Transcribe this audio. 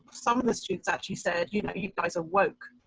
some of the students actually said, you know, you guys are woke,